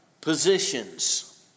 positions